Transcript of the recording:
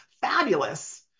fabulous